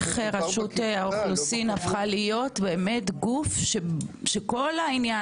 איך רשות האוכלוסין הפכה להיות גוף שכל העניין